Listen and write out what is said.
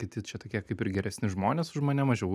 kiti čia tokie kaip ir geresni žmonės už mane mažiau